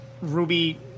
ruby